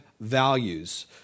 values